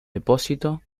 depósito